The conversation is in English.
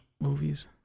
movies